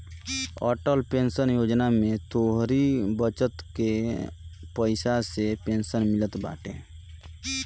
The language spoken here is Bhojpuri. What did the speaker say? अटल पेंशन योजना में तोहरी बचत कअ पईसा से पेंशन मिलत बाटे